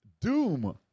Doom